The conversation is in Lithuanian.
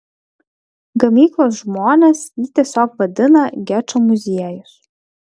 gamyklos žmonės jį tiesiog vadina gečo muziejus